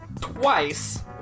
twice